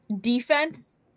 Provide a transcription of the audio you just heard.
defense